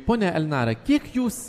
ponia elnara kiek jūs